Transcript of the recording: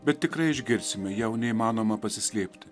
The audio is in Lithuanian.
bet tikrai išgirsime jau neįmanoma pasislėpti